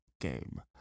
Game